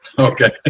okay